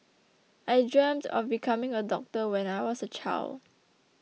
I dreamt of becoming a doctor when I was a child